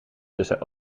tussen